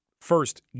first